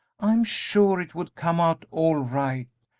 i'm sure it would come out all right,